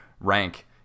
rank